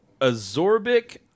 azorbic